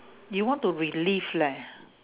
you want to relive leh